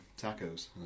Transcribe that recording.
tacos